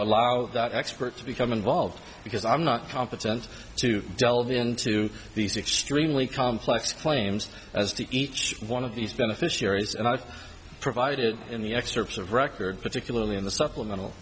allow that expert to become involved because i'm not competent to delve into these extremely complex claims as to each one of these beneficiaries and i've provided in the excerpts of record particularly in the supplemental